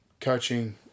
coaching